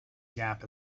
gap